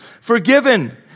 forgiven